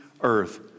earth